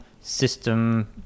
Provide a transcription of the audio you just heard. system